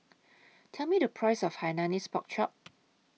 Tell Me The Price of Hainanese Pork Chop